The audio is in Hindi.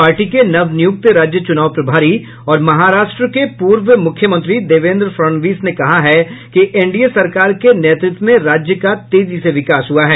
पार्टी के नवनियुक्त राज्य चुनाव प्रभारी और महाराष्ट्र के पूर्व मुख्यमंत्री देवेन्द्र फडणवीस ने कहा है कि एनडीए सरकार के नेतृत्व में राज्य का तेजी से विकास हुआ है